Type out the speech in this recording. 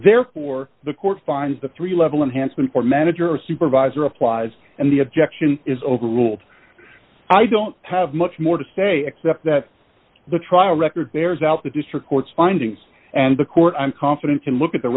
therefore the court finds the three level unhandsome for manager or supervisor applies and the objection is overruled i don't have much more to say except that the trial record bears out the district court's findings and the court i'm confident can look at the